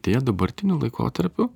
deja dabartiniu laikotarpiu